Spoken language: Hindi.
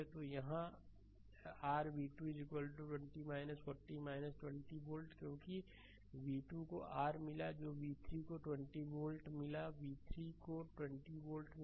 तो यहाँ r v2 20 40 20 वोल्ट क्योंकि v2 को r मिला जो v3 को 20 वोल्ट मिला v3 को 20 वोल्ट मिला